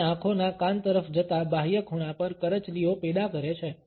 અને આંખોના કાન તરફ જતાં બાહ્ય ખૂણા પર કરચલીઓ પેદા કરે છે